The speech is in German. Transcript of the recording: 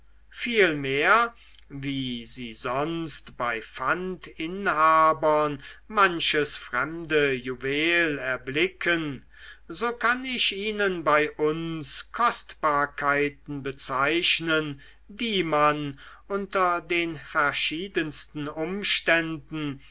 vielmehr wie sie sonst bei pfandinhabern manches fremde juwel erblicken so kann ich ihnen bei uns kostbarkeiten bezeichnen die man unter den verschiedensten umständen